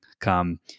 come